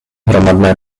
hromadné